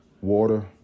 water